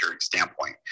standpoint